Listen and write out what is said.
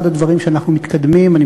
אחד הדברים שאנחנו מתקדמים בהם,